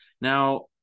Now